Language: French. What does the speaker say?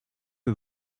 que